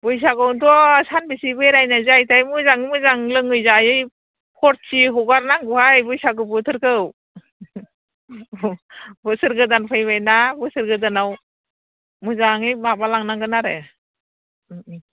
बैसागुआवनथ' सानबैसे बेरायनाय जायोथाय मोजाङै मोजां लोङै जायै फरथि हगरनांगौहाय बैसागु बोथोरखौ बोसोर गोदान फैबायना बोसोर गोदानाव मोजाङै माबालांनांगोन आरो